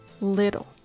little